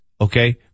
Okay